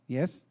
Yes